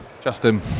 Justin